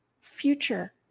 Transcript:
future